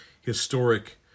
historic